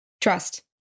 trust